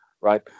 right